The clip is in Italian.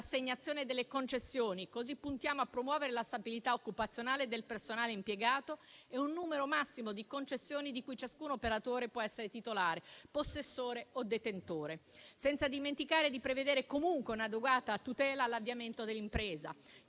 l'assegnazione delle concessioni. Così puntiamo a promuovere la stabilità occupazionale del personale impiegato e un numero massimo di concessioni di cui ciascun operatore può essere titolare, possessore o detentore, senza dimenticare di prevedere comunque un'adeguata tutela all'avviamento dell'impresa.